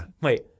Wait